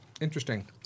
Interesting